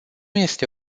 este